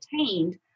obtained